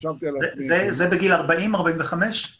זה בגיל 40-45?